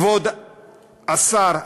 כבוד השר,